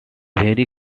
very